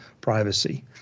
privacy